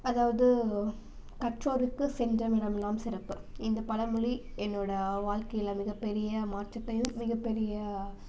அதாவது கற்றோருக்கு சென்ற இடமெல்லாம் சிறப்பு இந்த பழமொழி என்னோடய வாழ்க்கையில் மிகப்பெரிய மாற்றத்தையும் மிகப்பெரிய